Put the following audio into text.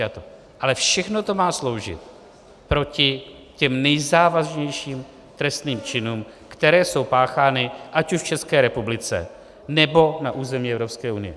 Ale všechno to má sloužit proti těm nejzávažnějším trestným činům, které jsou páchány ať už v České republice, nebo na území Evropské unie.